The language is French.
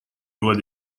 loi